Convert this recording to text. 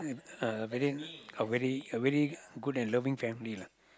a very a very a very good and loving family lah